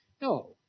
No